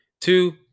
Two